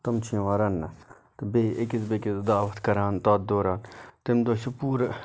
تِم چھِ یِوان رَننہٕ تہٕ بیٚیہِ أکِس بیٚکِس دعوَت کَران تتھ دوران تمہِ دۄہ چھُ پوٗرٕ